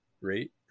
Rate